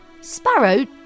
sparrow